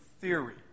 theory